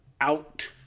out